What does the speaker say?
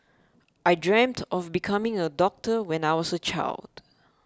I dreamt of becoming a doctor when I was a child